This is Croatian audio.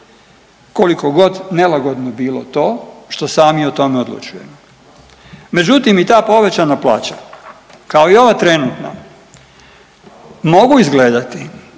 koliko god nelagodno bilo to što sami o tome odlučujemo. Međutim i ta povećanja plaća kao i ova trenutna mogu izgledati